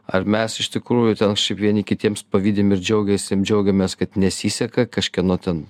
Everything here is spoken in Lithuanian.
ar mes iš tikrųjų ten vieni kitiems pavydim ir džiaugiasi džiaugiamės kad nesiseka kažkieno ten